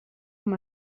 amb